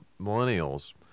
millennials